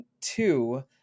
two